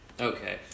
Okay